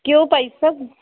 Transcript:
ਕਿਉਂ ਭਾਈ ਸਾਹਿਬ